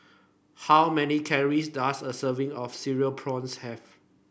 how many calories does a serving of Cereal Prawns have